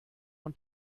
und